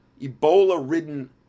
Ebola-ridden